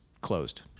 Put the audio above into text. closed